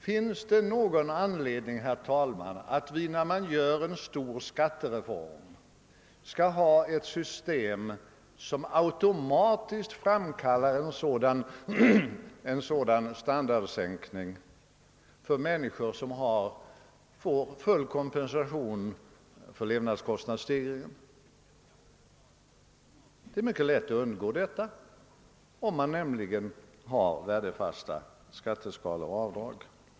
Finns det någon anledning, herr talman, att vårt land när vi genomför en stor skattereform, skall ha ett system som automatiskt framkallar en sådan standardsänkning för människor som i och för sig brutto fått full kompensation för levnadskostnadsstegringen? Det är mycket lätt att undgå en sådan sänkning, om man nämligen har värdefasta skatteskalor och avdrag.